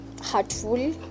heartful